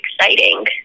exciting